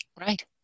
Right